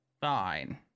Fine